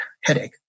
headache